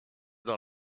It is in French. dans